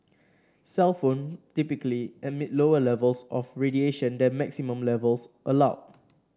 cellphone typically emit lower levels of radiation than maximum levels allowed